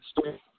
story